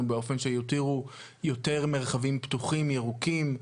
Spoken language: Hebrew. באופן שיותירו יותר מרחבים פתוחים ירוקים,